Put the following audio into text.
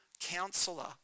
Counselor